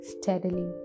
steadily